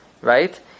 right